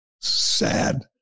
sad